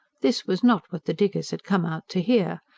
this was not what the diggers had come out to hear.